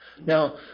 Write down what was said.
Now